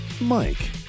Mike